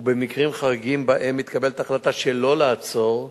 ובמקרים חריגים שבהם מתקבלת החלטה שלא לעצור,